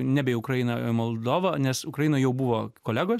nebe į ukrainą moldovą nes ukrainoj jau buvo kolegos